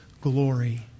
glory